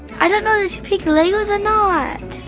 i don't know if she picked legos or not.